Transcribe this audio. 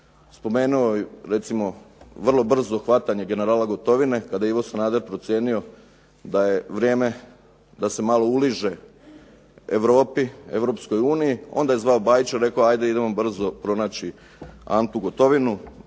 spomenuo i recimo vrlo brzo hvatanje generala Gotovine, kada je Ivo Sanader procijenio da je vrijeme da se malo uliže Europi, Europskoj uniji, onda je zvao Bajića i rekao ajde idemo brzo pronaći Antu Gotovinu.